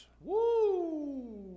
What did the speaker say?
Woo